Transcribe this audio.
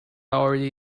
already